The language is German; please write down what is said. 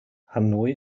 hanoi